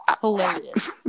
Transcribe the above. hilarious